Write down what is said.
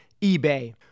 eBay